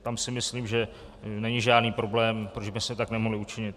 Tam si myslím, že není žádný problém, proč bychom tak nemohli učinit.